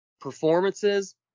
performances